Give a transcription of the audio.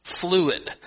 fluid